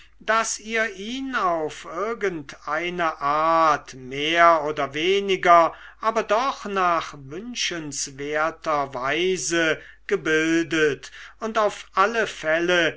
daß ihr ihn auf irgendeine art mehr oder weniger aber doch nach wünschenswerter weise gebildet und auf alle fälle